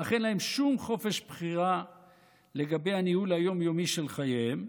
אך אין להם שום חופש בחירה לגבי הניהול היום-יומי של חייהם,